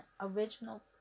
original